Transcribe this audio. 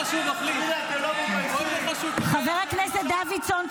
יושבים ------ חבר הכנסת דוידסון,